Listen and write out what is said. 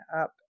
up